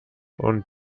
und